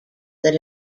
that